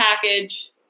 package